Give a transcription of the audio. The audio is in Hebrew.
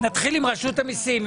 נתחיל עם רשות המסים.